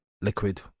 liquid